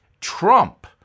Trump